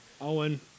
Owen